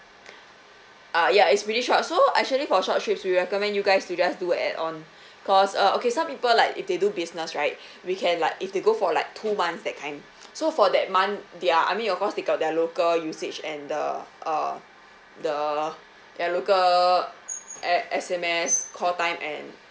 ah ya it's really short so actually for short trips we recommend you guys to just do a add-on cause uh okay some people like if they do business right we can like if they go for like two months that kind so for that month their I mean of course they got their local usage and the uh the their local S~ S_M_S call time and